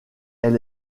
elle